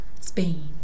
Spain